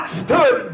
stood